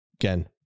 again